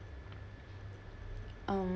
um